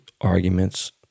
arguments